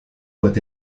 doit